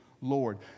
Lord